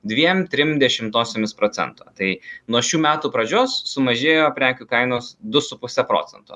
dviem trim dešimtosiomis procento tai nuo šių metų pradžios sumažėjo prekių kainos du su puse procento